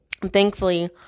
Thankfully